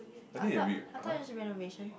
I thought I thought is renovation